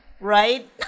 Right